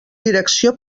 direcció